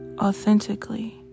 authentically